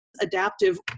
adaptive